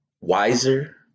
wiser